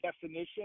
definition